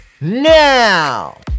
now